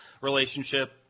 relationship